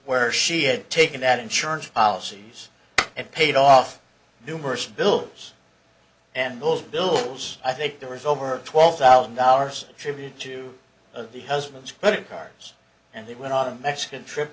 where she had taken that insurance policies and paid off numerous bills and those bills i think there was over twelve thousand dollars tribute to the husbands credit cards and they were not a mexican trip